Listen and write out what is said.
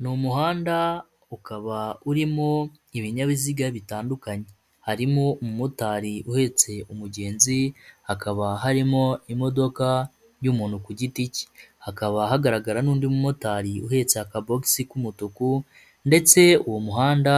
Ni umuhanda ukaba urimo ibinyabiziga bitandukanye, harimo umumotari uhetse umugenzi, hakaba harimo imodoka y'umuntu ku giti ke, hakaba hagaragara n'undi mumotari uhetse akabokisi k'umutuku ndetse uwo muhanda